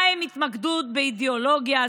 מה עם התמקדות באידיאולוגיה?